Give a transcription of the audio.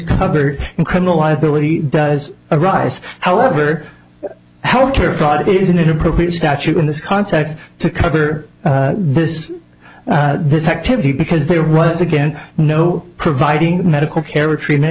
covered in criminal liability does arise however health care fraud is an inappropriate statute in this context to cover this this activity because there was again no providing medical care or treatment